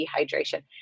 dehydration